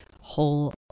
whole